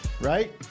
right